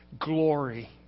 Glory